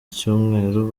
cyumweru